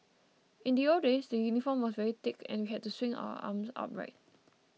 in the old days the uniform was very thick and we had to swing our arms upright